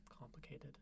complicated